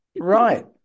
Right